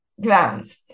grounds